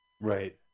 Right